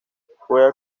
juega